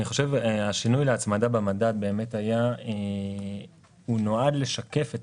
אני חושב שהשינוי להצמדה במדד באמת הוא נועד לשקף את